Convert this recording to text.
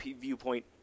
viewpoint